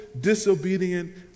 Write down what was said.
disobedient